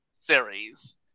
series